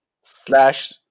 slash